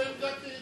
זאת עמדתי,